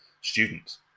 students